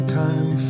time